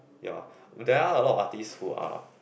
ya there are a lot of artists who are